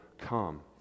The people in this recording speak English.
come